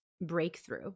breakthrough